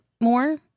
more